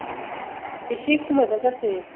एसे खमायबा जासै